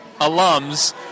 alums